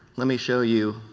let me show you